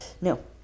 No